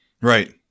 Right